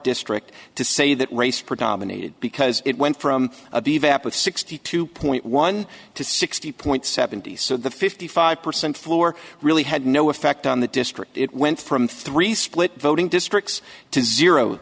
district to say that race predominated because it went from a b vapid sixty two point one to sixty point seventy so the fifty five percent floor really had no effect on the district it went from three split voting districts to zero